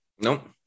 Nope